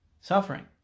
suffering